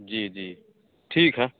जी जी ठीक है